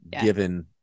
given